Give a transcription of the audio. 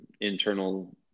internal